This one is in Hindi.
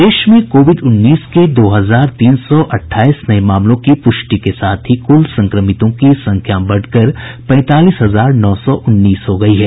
प्रदेश में कोविड उन्नीस के दो हजार तीन सौ अठाईस नये मामलों की प्रष्टि के साथ ही कुल संक्रमितों की संख्या बढ़कर पैंतालीस हजार नौ सौ उन्नीस हो गयी है